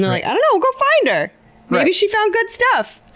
i don't know. go find her! maybe she found good stuff!